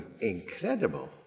incredible